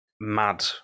mad